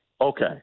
Okay